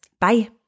Bye